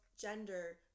gender